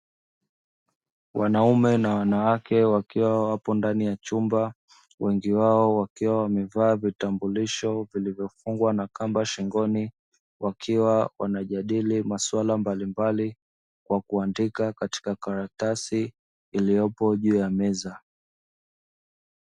Wanaume na wanawake wakiwa wapo ndani ya chumba, wengi wao wakiwa wamevaa vitambulisho vilivyofungwa na kamba shingoni wakiwa wanajadili masuala mbalimbali kwa kuandika katika karatasi iliyopo juu ya meza.